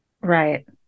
Right